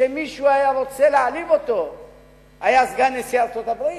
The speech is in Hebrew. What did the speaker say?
שמישהו היה רוצה להעליב אותו היה סגן נשיא ארצות-הברית.